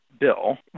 bill